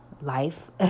life